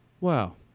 Wow